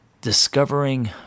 discovering